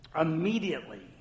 immediately